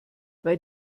weil